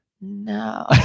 No